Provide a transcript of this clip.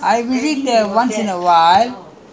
but how how I know your your background all